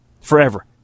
forever